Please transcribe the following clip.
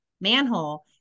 manhole